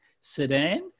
sedan